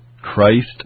Christ